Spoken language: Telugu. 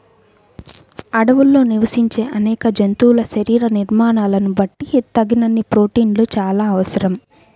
అడవుల్లో నివసించే అనేక జంతువుల శరీర నిర్మాణాలను బట్టి తగినన్ని ప్రోటీన్లు చాలా అవసరం